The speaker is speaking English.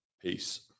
Peace